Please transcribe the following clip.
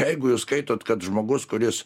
jeigu jūs skaitot kad žmogus kuris